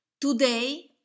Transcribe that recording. Today